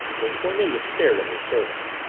miss cornelia stared at her servant.